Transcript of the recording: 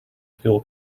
fuel